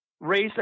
race